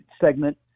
segment